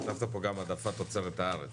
כתבת פה גם "העדפת תוצרת הארץ",